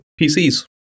PCs